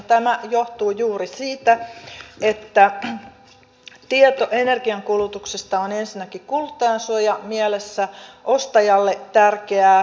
tämä johtuu juuri siitä että tieto energiankulutuksesta on ensinnäkin kuluttajansuojamielessä ostajalle tärkeää